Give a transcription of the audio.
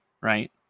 right